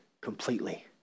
completely